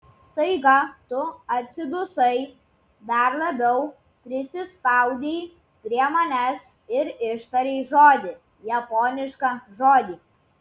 staiga tu atsidusai dar labiau prisispaudei prie manęs ir ištarei žodį japonišką žodį